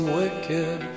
wicked